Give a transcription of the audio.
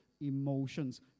emotions